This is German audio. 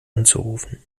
anzurufen